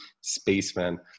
Spaceman